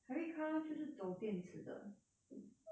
hybrid car 就是走电池的